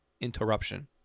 interruption